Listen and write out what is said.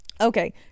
okay